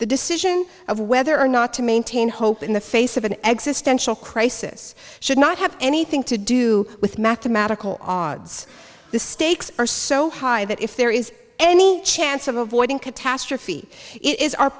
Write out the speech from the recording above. the decision of whether or not to maintain hope in the face of an existential crisis should not have anything to do with mathematical odds the stakes are so high that if there is any chance of avoiding catastrophe